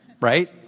Right